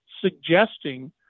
suggesting